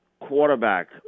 quarterback